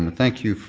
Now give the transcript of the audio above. um thank you